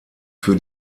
für